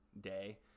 day